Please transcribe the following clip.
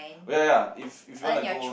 ya if you wanna go